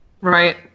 Right